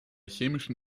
chemischen